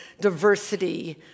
diversity